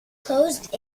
closed